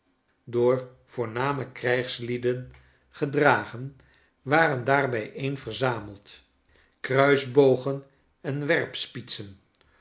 door voorname krijgslieden gedragen waren daar bijeeriverzameld kruisbogen en werpspietsen